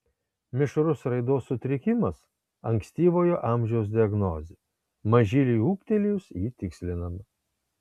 mišrus raidos sutrikimas ankstyvojo amžiaus diagnozė mažyliui ūgtelėjus ji tikslinama